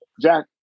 Jack